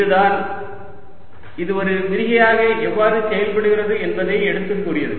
இதுதான் இது ஒரு விரிகையாக எவ்வாறு செயல்படுகிறது என்பதை எடுத்துக் கூறியது